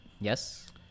yes